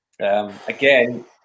Again